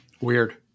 Weird